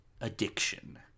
addiction